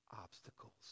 obstacles